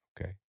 Okay